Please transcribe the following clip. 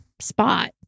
spot